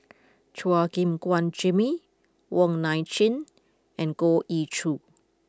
Chua Gim Guan Jimmy Wong Nai Chin and Goh Ee Choo